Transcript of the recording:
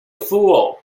fool